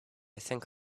think